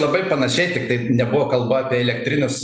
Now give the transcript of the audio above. labai panašiai tikai nebuvo kalba apie elektrinius